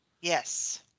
yes